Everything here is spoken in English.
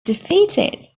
defeated